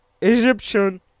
Egyptian